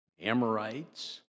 Amorites